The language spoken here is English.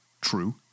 true